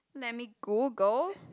let me Google